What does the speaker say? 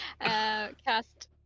cast